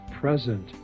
present